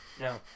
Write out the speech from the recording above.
no